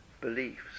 beliefs